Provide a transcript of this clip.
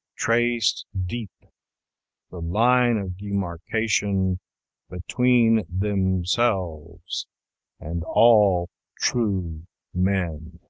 traced deep the line of demarcation between themselves and all true men.